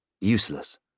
useless